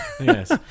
Yes